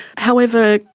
however,